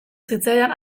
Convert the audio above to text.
zitzaidan